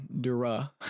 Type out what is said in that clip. Dura